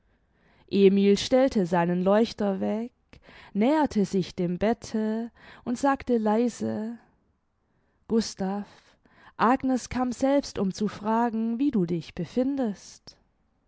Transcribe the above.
emil stellte seinen leuchter weg näherte sich dem bette und sagte leise gustav agnes kam selbst um zu fragen wie du dich befindest